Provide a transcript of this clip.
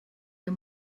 ihr